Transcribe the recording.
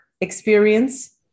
experience